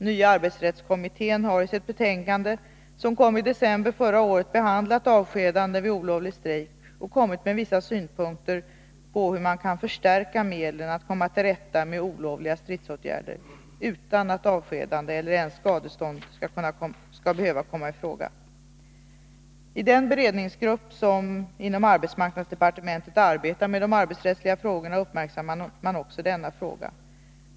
Nya arbetsrättskommittén har i sitt betänkande, som kom i december förra året, behandlat avskedanden vid olovlig strejk och kommit med vissa synpunkter på hur man kan förstärka medlen att komma till rätta med olovliga stridsåtgärder, utan att avskedande eller ens skadestånd skall behöva komma i fråga. I den beredningsgrupp som inom arbetsmarknadsdepartementet arbetar med de arbetsrättsliga frågorna uppmärksammar man också denna fråga.